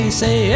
say